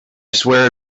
swear